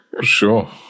Sure